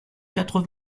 quatre